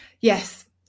Yes